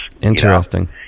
interesting